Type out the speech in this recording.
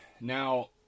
Now